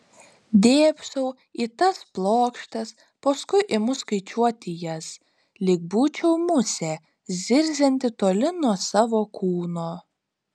dėbsau į tas plokštes paskui imu skaičiuoti jas lyg būčiau musė zirzianti toli nuo savo kūno